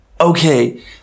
okay